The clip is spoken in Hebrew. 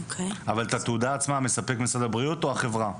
אבל את התעודה עצמה מספק משרד הבריאות או החברה?